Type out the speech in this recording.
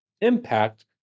impact